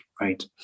right